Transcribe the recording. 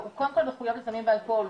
קודם הוא מחויב לסמים ואלכוהול,